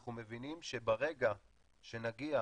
אנחנו מבינים שברגע שנגיע